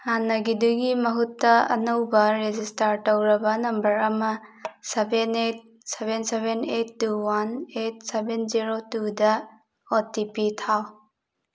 ꯍꯥꯅꯒꯤꯗꯨꯒꯤ ꯃꯍꯨꯠꯇ ꯑꯅꯧꯕ ꯔꯦꯖꯤꯁꯇꯔ ꯇꯧꯔꯕ ꯅꯝꯕꯔ ꯑꯃ seven eight seven seven eight two one eight seven zero ꯇꯨꯗ ꯑꯣ ꯇꯤ ꯄꯤ ꯊꯥꯎ